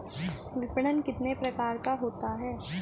विपणन कितने प्रकार का होता है?